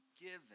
given